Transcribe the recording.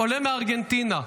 עולה מארגנטינה,